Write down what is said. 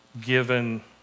given